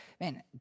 man